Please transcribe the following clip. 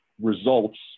results